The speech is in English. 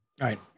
Right